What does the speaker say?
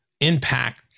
impact